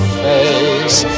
face